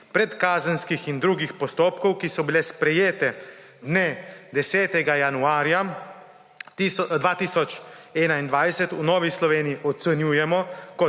predkazenskih in drugih postopkov, ki so bile sprejete 10. januarja 2021, v Novi Sloveniji ocenjujemo kot